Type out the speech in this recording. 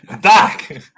Back